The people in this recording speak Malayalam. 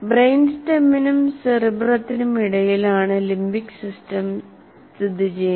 ബ്രെയിൻ സ്റെമ്മിനും സെറിബ്രത്തിനും ഇടയിലാണ് ലിംബിക് സിസ്റ്റം സ്ഥിതിചെയ്യുന്നത്